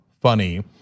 funny